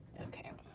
okay.